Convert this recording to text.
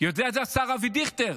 יודע את זה השר אבי דיכטר,